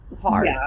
hard